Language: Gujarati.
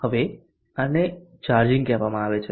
હવે આને ચાર્જિંગ કહેવામાં આવે છે